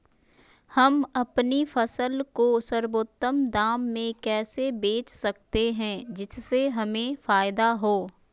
हम अपनी फसल को सर्वोत्तम दाम में कैसे बेच सकते हैं जिससे हमें फायदा हो?